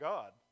God